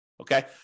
Okay